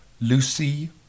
Lucy